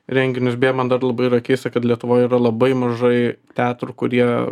renginius beje man dar labai yra keista kad lietuvoj yra labai mažai teatrų kurie